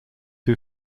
who